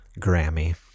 Grammy